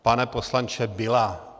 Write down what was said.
Pane poslanče, byla.